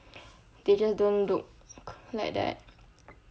they just don't look like that